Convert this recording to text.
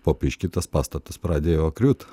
po biški tas pastatas pradėjo griūt